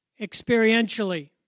experientially